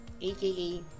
aka